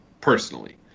personally